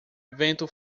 vento